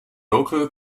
local